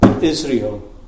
Israel